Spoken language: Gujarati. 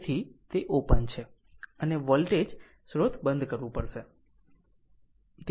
તેથી તે ઓપન છે અને વોલ્ટેજ સ્ત્રોત બંધ કરવું જોઈએ